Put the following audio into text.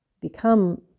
become